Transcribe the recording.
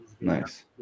nice